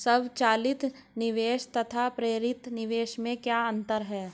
स्वचालित निवेश तथा प्रेरित निवेश में क्या अंतर है?